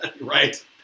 Right